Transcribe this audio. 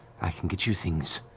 i can get you things.